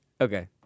Okay